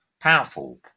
powerful